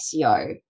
SEO